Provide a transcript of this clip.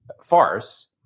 farce